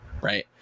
right